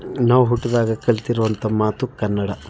ನಾವು ಹುಟ್ಟಿದಾಗ ಕಲಿತಿರುವಂಥ ಮಾತು ಕನ್ನಡ